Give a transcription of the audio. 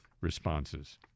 responses